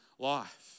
Life